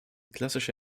klassische